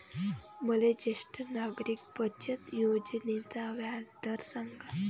मले ज्येष्ठ नागरिक बचत योजनेचा व्याजदर सांगा